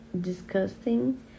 disgusting